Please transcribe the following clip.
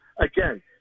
again